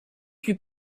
plus